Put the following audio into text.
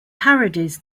parodies